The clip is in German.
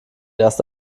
erst